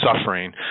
suffering